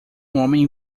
homem